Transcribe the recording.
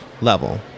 level